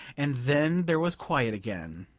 and then there was quiet again.